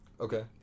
Okay